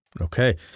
Okay